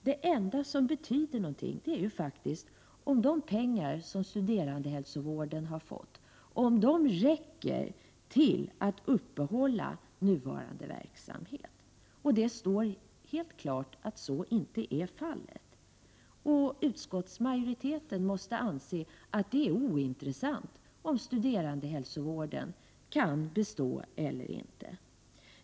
Det enda som betyder något är ju faktiskt om de pengar som studerandehälsovården har fått räcker till för att upprätthålla nuvarande verksamhet. Och det står helt klart att så inte är fallet. Utskottsmajoriteten måste anse att det är ointressant om studerandehälsovården kan bestå eller inte.